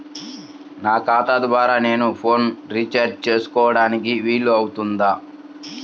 నా ఖాతా ద్వారా నేను ఫోన్ రీఛార్జ్ చేసుకోవడానికి వీలు అవుతుందా?